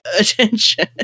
attention